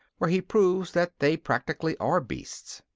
where he proves that they practically are beasts.